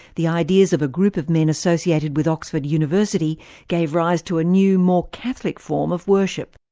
the ideas of a group of men associated with oxford university gave rise to a new, more catholic form of worship.